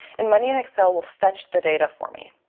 and money in excel will fetch the data for me.